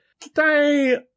Today